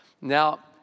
Now